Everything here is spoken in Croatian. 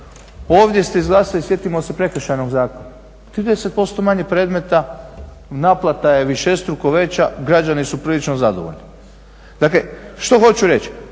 Ovdje ste izglasali sjetimo se Prekršajnog zakona 30% manje predmeta, naplata je višestruko veća, građani su prilično zadovoljni. Dakle, što hoću reći?